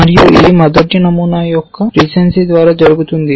మరియు ఇది మొదటి నమూనా యొక్క రీసెన్సీ ద్వారా జరుగుతుంది